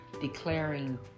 declaring